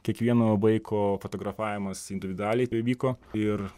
kiekvieno vaiko fotografavimas individualiai tai vyko ir